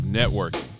networking